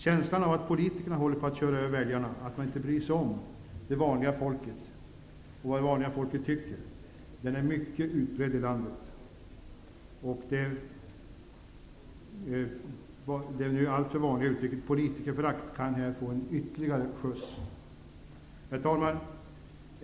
Känslan av att politikerna håller på att köra över väljarna, att man inte bryr sig om vad vanligt folk tycker är mycket utbredd i landet och det alltför vanliga uttrycket politikerförakt kan här få ytterligare skjuts. Herr talman!